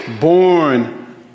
born